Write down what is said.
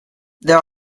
there